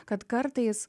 kad kartais